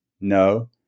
No